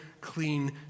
clean